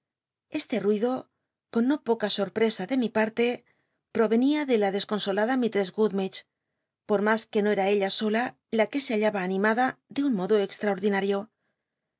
este ruido con no poca sorpresa de mi parte provenia de la desconsolada mistress gummidge por mas que no era ella sola la que se hallaba animada de un modo extraot dinario